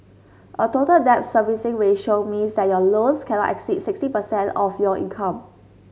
a Total Debt Servicing Ratio means that your loans cannot exceed sixty per cent of your income